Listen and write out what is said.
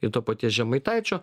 ir to paties žemaitaičio